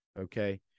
Okay